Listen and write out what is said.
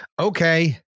Okay